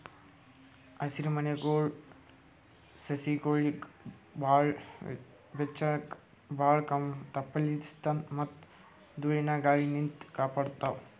ಹಸಿರಮನೆಗೊಳ್ ಸಸಿಗೊಳಿಗ್ ಭಾಳ್ ಬೆಚ್ಚಗ್ ಭಾಳ್ ತಂಪಲಿನ್ತ್ ಮತ್ತ್ ಧೂಳಿನ ಗಾಳಿನಿಂತ್ ಕಾಪಾಡ್ತಾವ್